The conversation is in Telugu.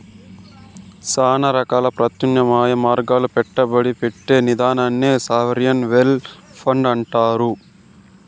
శానా రకాల ప్రత్యామ్నాయ మార్గాల్ల పెట్టుబడి పెట్టే నిదినే సావరిన్ వెల్త్ ఫండ్ అంటుండారు